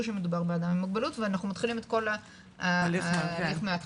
שמדובר באדם עם מוגבלות ואנחנו מתחילים את כל ההליך מהתחלה.